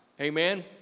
Amen